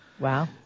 Wow